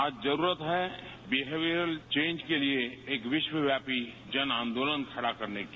आज जरुरत है बिहेवियर चेंज के लिए एक विश्वव्यापी जन आंदोलन खड़ा करने की